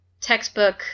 textbook